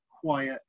quiet